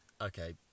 okay